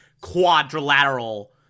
quadrilateral